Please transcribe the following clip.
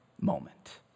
moment